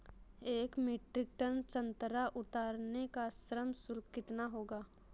एक metric tonne संतरा उतारने का श्रम शुल्क कितना होगा?